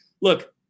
look